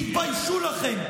תתביישו לכם.